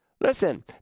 Listen